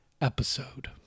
episode